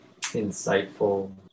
insightful